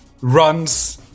runs